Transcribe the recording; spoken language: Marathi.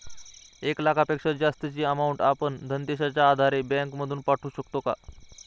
एक लाखापेक्षा जास्तची अमाउंट आपण धनादेशच्या आधारे बँक मधून पाठवू शकतो का?